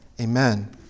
Amen